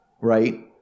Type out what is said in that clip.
right